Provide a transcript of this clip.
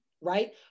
right